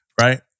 right